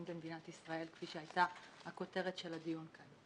במדינת ישראל כפי שהייתה הכותרת של הדיון כאן.